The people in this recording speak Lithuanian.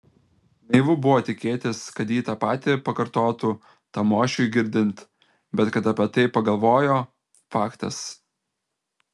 naivu buvo tikėtis kad ji tą patį pakartotų tamošiui girdint bet kad apie tai pagalvojo faktas